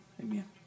Amen